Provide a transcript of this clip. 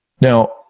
Now